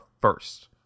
first